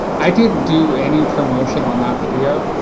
i didn't do any promotion on that video.